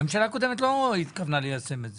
הממשלה הקודמת לא התכוונה ליישם את זה.